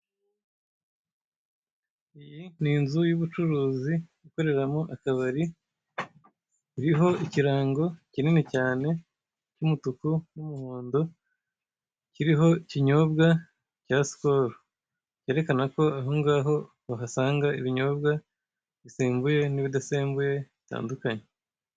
Iyi ni inzu y'ubucuruzi ikoreramo akabari, iriho ikirango kinini cyane cy'umutuku n'umuhondo kiriho ikinyobwa cya Skol, cyerekana ko aho ngaho wahasanga ibinyobwa bisembuye n'ibidasembuye bitandukanye.